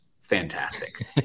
fantastic